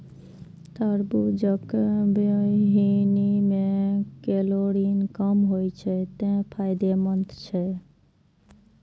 तरबूजक बीहनि मे कैलोरी कम होइ छै, तें ई फायदेमंद छै